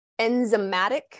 enzymatic